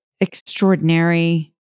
extraordinary